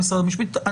כן.